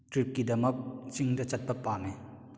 ꯇ꯭ꯔꯤꯞꯀꯤꯗꯃꯛ ꯆꯤꯡꯗ ꯆꯠꯄ ꯄꯥꯝꯃꯤ